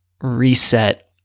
reset